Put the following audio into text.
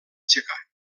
aixecar